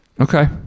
okay